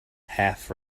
half